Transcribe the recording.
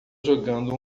jogando